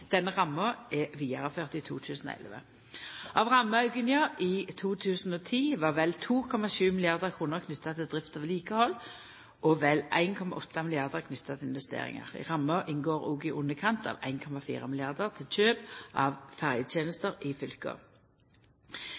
Denne ramma er vidareført i 2011. Av rammeauken i 2010 var vel 2,7 mrd. kr knytte til drift og vedlikehald og vel 1,8 mrd. kr knytte til investeringar. I ramma inngår òg i underkant av 1,4 mrd. kr til kjøp av ferjetenester i fylka.